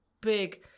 big